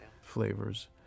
flavors